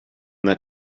that